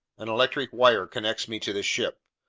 an electric wire connects me to the ship.